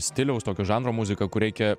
stiliaus tokio žanro muzika kur reikia